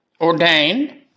ordained